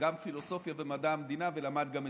גם פילוסופיה ומדע המדינה, ולמד גם אצלי.